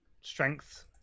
strength